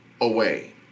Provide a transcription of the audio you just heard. away